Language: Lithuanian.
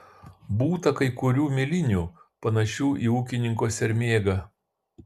būta kai kurių milinių panašių į ūkininko sermėgą